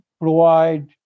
provide